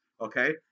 okay